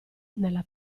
nella